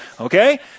okay